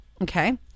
Okay